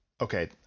okay